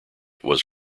was